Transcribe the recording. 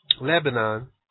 Lebanon